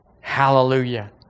Hallelujah